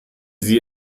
sie